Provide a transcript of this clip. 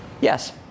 Yes